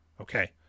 Okay